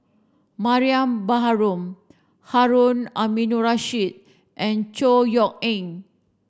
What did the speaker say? Mariam Baharom Harun Aminurrashid and Chor Yeok Eng